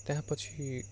त्यहाँपछि